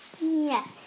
Yes